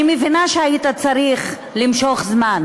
אני מבינה שהיית צריך למשוך זמן